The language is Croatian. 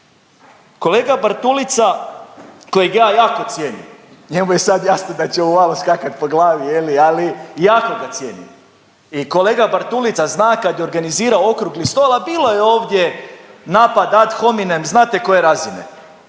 Kolega Bartulica kojeg ja jako cijenim, njemu je sad jasno da ću mu malo skakat po glavi je li, ali jako ga cijenim i kolega Bartulica zna kad je organizirao Okrugli stol, a bilo je ovdje napada ad hominem, znate koje razine.